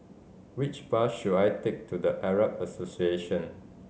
which bus should I take to The Arab Association